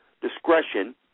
discretion